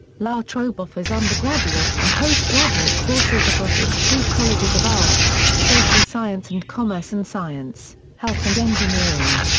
la trobe offers undergraduate and postgraduate courses across its two colleges of arts, social science and commerce and science, health and engineering.